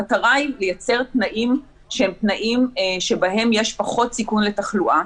המטרה היא לייצר תנאים שהם תנאים שבהם יש פחות סיכון לתחלואה,